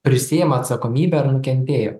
prisiima atsakomybę ar nukentėjo